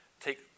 take